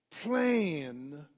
plan